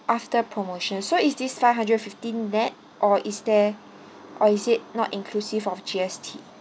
after promotion so is this five hundred fifty nett or is there or is it not inclusive of G_S_T